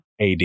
ad